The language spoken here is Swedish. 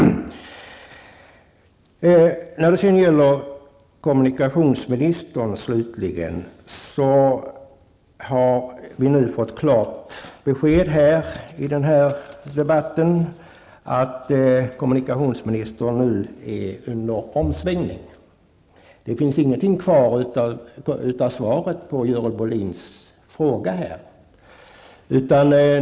Nu har vi fått klart besked i den här debatten att kommunikationsministern har svängt om. Det finns ingenting kvar av svaret på Görel Bohlins fråga.